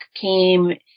came